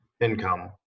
income